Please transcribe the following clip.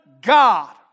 God